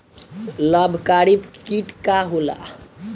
लाभकारी कीट का होला?